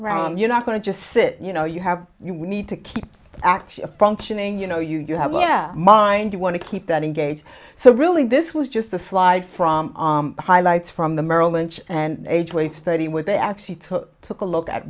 around you're not going to just sit you know you have you need to keep actually functioning you know you have mind you want to keep that engaged so really this was just the fly from highlights from the merrill lynch and age weight study where they actually took took a look at